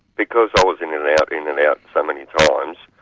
because i was in in and out, in and out so many times,